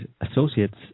associates